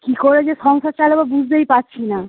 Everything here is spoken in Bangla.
কী করে যে সংসার চালাব বুঝতেই পারছি না